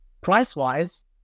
price-wise